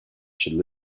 should